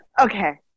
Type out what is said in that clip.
Okay